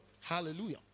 Hallelujah